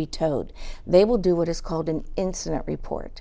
be towed they will do what is called an incident report